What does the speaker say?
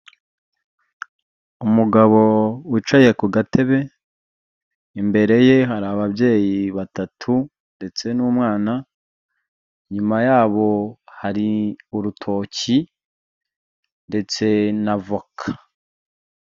Umugabo wicaye ku gatebe imbere ye hari ababyeyi batatu ndetse n'umwana, inyuma yabo hari urutoki ndetse n'avoka.